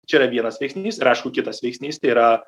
čia yra vienas veiksnys ir aišku kitas veiksnys tai yra